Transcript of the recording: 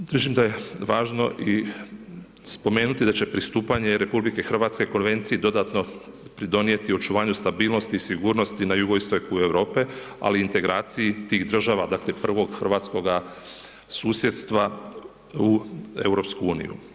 Držim da je važno i spomenuti da će pristupanje RH Konvenciji dodatno pridonijeti očuvanju stabilnosti i sigurnosti na jugoistoku Europe ali i integraciji tih država, dakle prvog hrvatskoga susjedstva u EU.